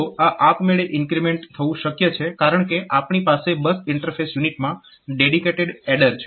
તો આ આપમેળે ઇન્ક્રીમેન્ટ થવું શક્ય છે કારણકે આપણી પાસે બસ ઇન્ટરફેસ યુનિટમાં ડેડીકેટેડ એડર છે